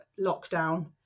lockdown